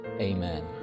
amen